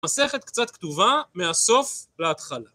מסכת קצת כתובה מהסוף להתחלה.